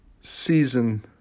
season